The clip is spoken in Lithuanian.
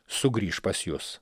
sugrįš pas jus